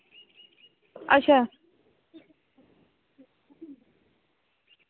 अच्छा